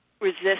resist